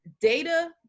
data